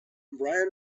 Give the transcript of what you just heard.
brian